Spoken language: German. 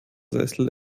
sessel